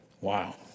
Wow